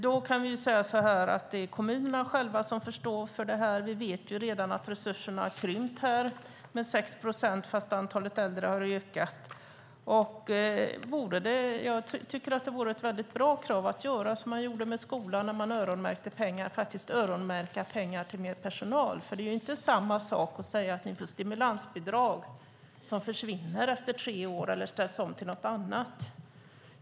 Det är kommunerna själva som får stå för det här, och vi vet redan att resurserna har krympt med 6 procent, fast antalet äldre har ökat. Jag tycker att det vore ett väldigt bra krav att göra som man gjorde med skolan, där man öronmärkte pengar, och faktiskt öronmärka pengar till mer personal, för det är ju inte samma sak att de får stimulansbidrag som försvinner efter tre år eller ställs om till något annat.